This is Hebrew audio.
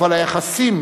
אבל היחסים